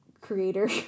creator